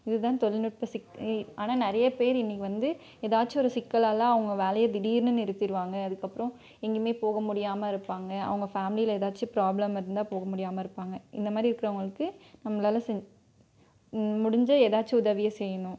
இதுதான் தொழில்நுட்ப ஆனால் நிறையா பேர் இன்னைக்கி வந்து ஏதாச்சும் ஒரு சிக்கலால் அவங்க வேலையே திடீர்னு நிறுத்திடுவாங்க அதுக்கப்றம் எங்கேயுமே போக முடியாமல் இருப்பாங்க அவங்க ஃபேமிலியில் ஏதாச்சும் பிராப்ளம் இருந்தால் போக முடியாமல் இருப்பாங்க இந்த மாதிரி இருக்கிறவுங்களுக்கு நம்மளால் முடிஞ்ச ஏதாச்சும் உதவியை செய்யணும்